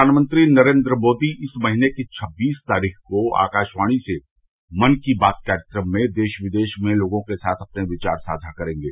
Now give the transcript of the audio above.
प्रधानमंत्री नरेन्द्र मोदी इस महीने की छब्बसी तारीख को आकाशवाणी से मन की बात कार्यक्रम में देश विदेश में लोगों के साथ अपने विवार साझा करेंगे